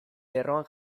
lerroan